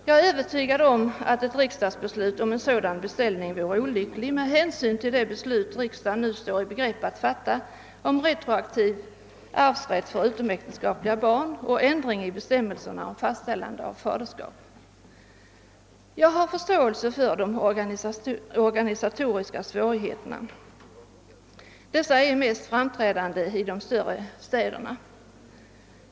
Jag är övertygad om att ett riksdagsbeslut om en sådan beställning vore olyckligt med hänsyn till det beslut riksdagen nu står i begrepp att fatta om en retroaktiv arvsrätt för utomäktenskapliga barn och om ändring i bestämmelserna om fastställande av faderskap. Jag har dock förståelse för de organisatoriska svårigheterna, som är mest framträdande i de större städerna.